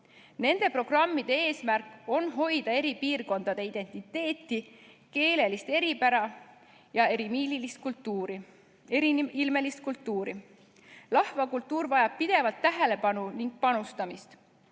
Nende programmide eesmärk on hoida eri piirkondade identiteeti, keelelist eripära ja eriilmelist kultuuri. Rahvakultuur vajab pidevat tähelepanu ning panustamist.